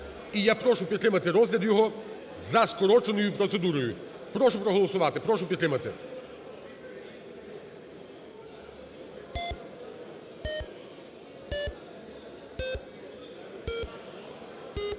І я прошу підтримати розгляд його за скороченою процедурою. Прошу проголосувати, прошу підтримати.